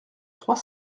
trois